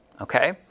okay